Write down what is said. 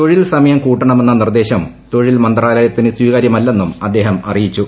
തൊഴിൽ സമയം കൂട്ടണമെന്ന നിർദ്ദേശം തൊഴിൽ മന്ത്രാലയത്തിന് സ്വീകാര്യമല്ലെന്നും അദ്ദേഹം അറിയിച്ചു